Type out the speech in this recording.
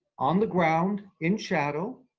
on the ground, in shadow,